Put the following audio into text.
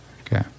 Okay